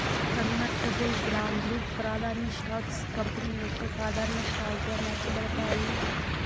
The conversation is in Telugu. కన్వర్టబుల్ బాండ్లు, ప్రాదాన్య స్టాక్స్ కంపెనీ యొక్క సాధారన స్టాక్ గా మార్చబడతాయి